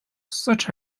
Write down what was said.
such